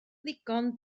ddigon